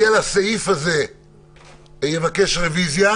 אני, על הסעיף הזה אבקש רביזיה